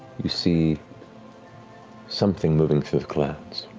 you see something moving through the clouds.